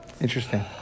interesting